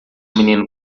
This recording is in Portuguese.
menino